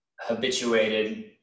habituated